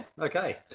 okay